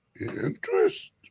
interest